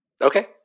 Okay